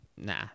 Nah